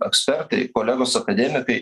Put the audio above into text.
ekspertai kolegos akademikai